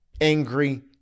angry